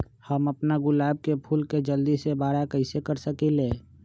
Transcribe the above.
हम अपना गुलाब के फूल के जल्दी से बारा कईसे कर सकिंले?